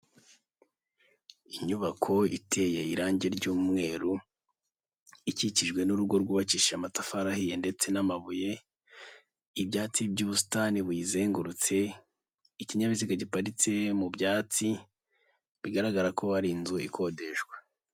Inyubako iteye irangi ry'umweru, ikikijwe n'urugo rwubakishije amatafariye ndetse n'amabuye, ibyatsi by'ubusitani buyizengurutse, ikinyabiziga giparitse mu byatsi, bigaragara ko hari inzu ikodeshwa.